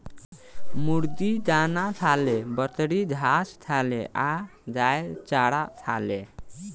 मुर्गी दाना खाले, बकरी घास खाले आ गाय चारा खाले